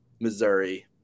Missouri